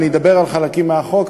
ואני אדבר על חלקים מהחוק,